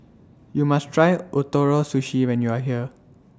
YOU must Try Ootoro Sushi when YOU Are here